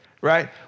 right